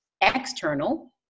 external